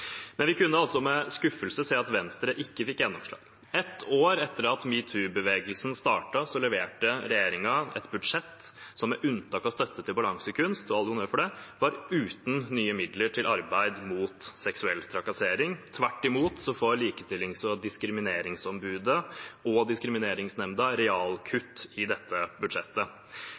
Men vi kunne også med skuffelse se at Venstre ikke fikk gjennomslag. Ett år etter at metoo-bevegelsen startet, leverte regjeringen et budsjett som med unntak av støtte til Balansekunst – all honnør for det – var uten nye midler til arbeid mot seksuell trakassering. Tvert imot, Likestillings- og diskrimineringsombudet og Diskrimineringsnemnda får realkutt i dette budsjettet.